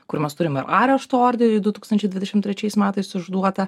kur mes turime ir arešto orderį du tūkstančiai dvidešimt trečiais metais užduotą